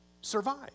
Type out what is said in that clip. survive